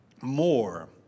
more